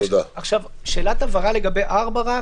שאלת הבהרה לגבי (4).